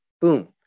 Boom